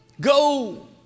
Go